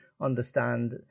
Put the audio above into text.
understand